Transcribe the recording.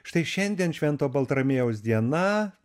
štai šiandien švento baltramiejaus diena